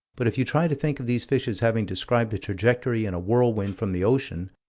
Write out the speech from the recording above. but if you try to think of these fishes having described a trajectory in a whirlwind from the ocean,